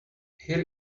here